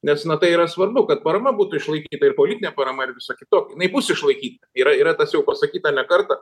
nes na tai yra svarbu kad parama būtų išlaikyta ir politinė parama ir visa kitokia jinai bus išlaikyti yra yra tas jau pasakyta ne kartą